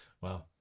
Wow